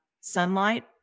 sunlight